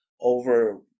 over